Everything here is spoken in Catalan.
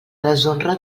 deshonra